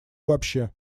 вообще